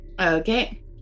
Okay